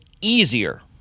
easier